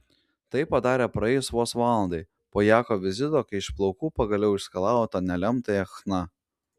tai padarė praėjus vos valandai po jako vizito kai iš plaukų pagaliau išskalavo tą nelemtąją chna